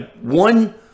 one